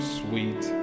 sweet